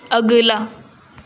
اگلا